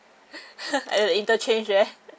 !huh! at the interchange there